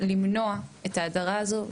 למנוע את ההדרה הזו.